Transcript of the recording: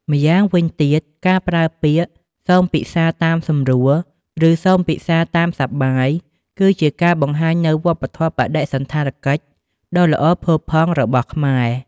ម្យ៉ាងវិញទៀត ការប្រើពាក្យ "សូមពិសារតាមសម្រួល! ឬសូមពិសារតាមសប្បាយ!" គឺជាការបង្ហាញនូវ វប្បធម៌បដិសណ្ឋារកិច្ចដ៏ល្អផូរផង់ របស់ខ្មែរ។